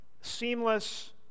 seamless